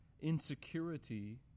insecurity